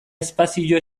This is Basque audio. espazio